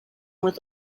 with